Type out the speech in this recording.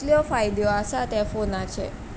इतल्यो फायद्यो आसात ह्या फोनाचे